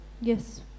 Yes